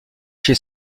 chez